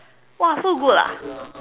!wah! so good ah